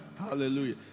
Hallelujah